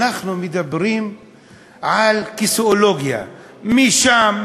אנחנו מדברים על כיסאולוגיה, מי שם?